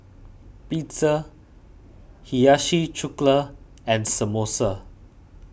Pizza Hiyashi Chuka and Samosa